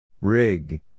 Rig